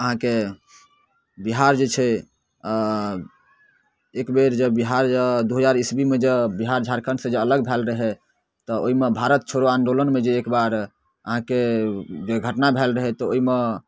अहाँके बिहार जे छै एकबेर जब बिहार जे दू हजार ईस्वीमे जब बिहार झारखण्ड सऽ जे अलग भेल रहै तऽ ओहिमे भारत छोड़ो आन्दोलनमे जे एकबार अहाँके एक घटना भेल रहै तऽ ओहिमे